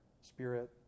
spirit